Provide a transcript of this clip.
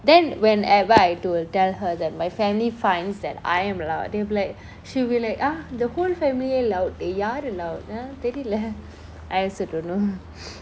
then whenever I tol~ tell her that my family finds that I am loud they'll be like she'll be like ah the whole family loud யாரு :yaaru loud தெரில:terila I also don't know